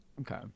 Okay